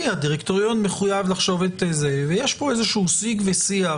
והדירקטוריון מחויב לחשוב ויש כאן איזשהו שיג ושיח